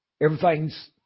Everything's